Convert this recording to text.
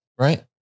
Right